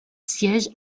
siège